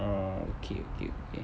orh okay okay can